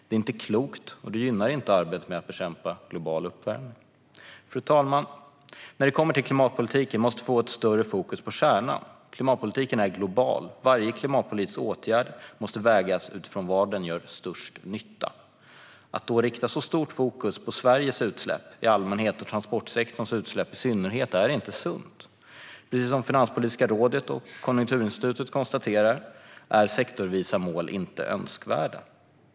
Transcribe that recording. Det är inte klokt, och det gynnar inte arbetet med att bekämpa global uppvärmning. Fru talman! När det kommer till klimatpolitiken måste vi få ett större fokus på kärnan. Klimatpolitiken är global. Varje klimatpolitisk åtgärd måste vägas utifrån var den gör störst nytta. Att då rikta så stort fokus på Sveriges utsläpp i allmänhet och transportsektorns utsläpp i synnerhet är inte sunt. Precis som Finanspolitiska rådet och Konjunkturinstitutet konstaterar är sektorsvisa mål inte önskvärda.